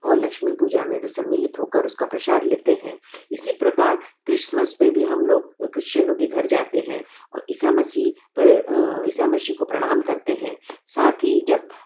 और लक्ष्मी पूजा में भी सम्मिलित होकर उसका प्रशाद लेते हैं इसी प्रकार क्रिशमश पर भी हम लोग क्रिश्चनों के घर जाते हैं और ईसा मसीह पर ईसा मसीह को प्रणाम करते हैं साथ ही जब